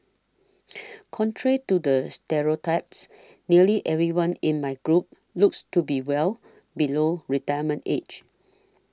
contrary to the stereotypes nearly everyone in my group looks to be well below retirement age